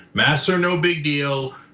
master no big deal.